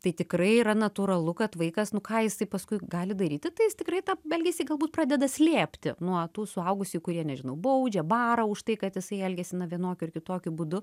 tai tikrai yra natūralu kad vaikas nu ką jisai paskui gali daryti tai jis tikrai tą elgesį galbūt pradeda slėpti nuo tų suaugusiųjų kurie nežinau baudžia bara už tai kad jisai elgiasi na vienokiu ar kitokiu būdu